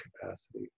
capacity